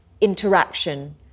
interaction